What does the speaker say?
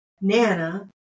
Nana